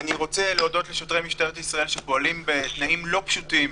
אני רוצה להודות לשוטרי משטרת ישראל שפועלים בתנאים לא פשוטים,